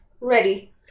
Ready